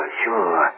sure